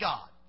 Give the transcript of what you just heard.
God